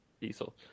Diesel